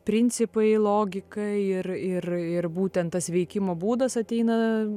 principai logika ir ir ir būtent tas veikimo būdas ateina